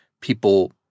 people